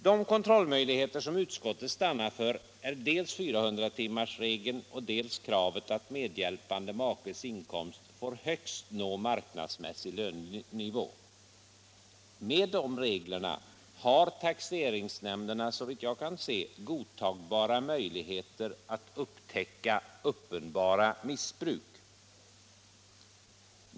De kontrollmöjligheter som utskottet stannat för är dels 400-timmarsregeln, dels kravet att medhjälpande makes inkomst får högst nå marknadsmässig lönenivå. Med dessa regler har taxeringsnämnderna, såvitt jag kan se, godtagbara möjligheter att upptäcka uppenbart missbruk.